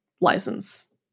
license